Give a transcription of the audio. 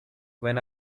when